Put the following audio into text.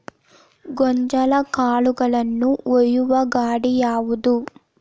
ಗೋಂಜಾಳ ಕಾಳುಗಳನ್ನು ಒಯ್ಯುವ ಗಾಡಿ ಯಾವದು?